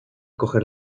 coger